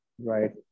right